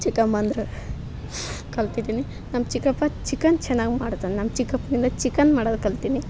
ಚಿಕ್ಕಮ್ಮಂದ್ರು ಕಲ್ತಿದ್ದೀನಿ ನಮ್ಮ ಚಿಕ್ಕಪ್ಪ ಚಿಕನ್ ಚೆನ್ನಾಗಿ ಮಾಡ್ತಾನ ನಮ್ಮ ಚಿಕಪ್ನಿಂದ ಚಿಕನ್ ಮಾಡಾದು ಕಲ್ತೀನಿ